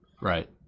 Right